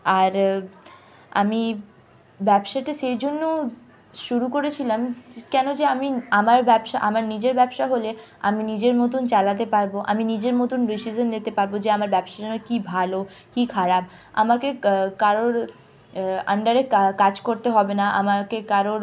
আর আমি ব্যবসাটা সেই জন্য শুরু করেছিলাম কেন যে আমি আমার ব্যবসা আমার নিজের ব্যবসা হলে আমি নিজের মতন চালাতে পারব আমি নিজের মতন ডিসিশন নিতে পারব যে আমার ব্যবসার জন্য কী ভালো কী খারাপ আমাকে কারোর আন্ডারে কা কাজ করতে হবে না আমাকে কারোর